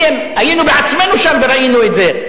היינו בעצמנו שם וראינו את זה.